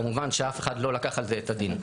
כמובן שאף אחד לא לקח על זה את הדין,